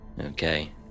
Okay